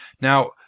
Now